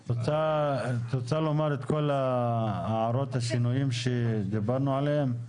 את רוצה לומר את כל השינויים שדיברנו עליהם?